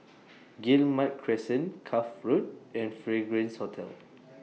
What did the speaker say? Guillemard Crescent Cuff Road and Fragrance Hotel